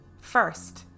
First